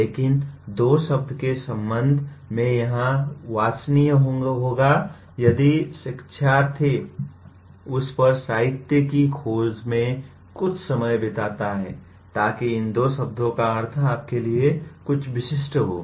लेकिन दो शब्दों के संबंध में यह वांछनीय होगा यदि शिक्षार्थी उस पर साहित्य की खोज में कुछ समय बिताता है ताकि इन दो शब्दों का अर्थ आपके लिए कुछ विशिष्ट हो